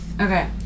Okay